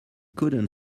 couldn’t